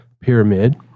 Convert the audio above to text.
pyramid